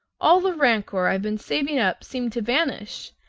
all the rancor i've been saving up seemed to vanish,